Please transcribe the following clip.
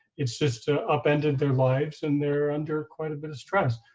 it's just ah upended their lives and they're under quite a bit of stress.